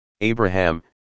Abraham